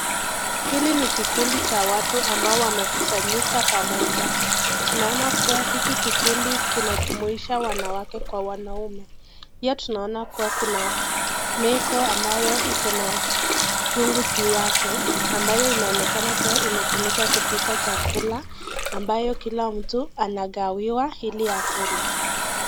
Hili ni kikundi cha watu ambayo wamekusanyika pamoja. Tunaona kuwa hiki kikundi kinajumuisha wanawake kwa wanaume. Pia tunaona kuwa kuna meko ambayo iko na chungu juu yake. Ambayo inaonekana kuwa imetumuka kupika chakula, ambayo kila mtu anagawiwa ili akule.